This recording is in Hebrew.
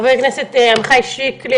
חבר הכנסת עמיחי שיקלי,